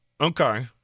okay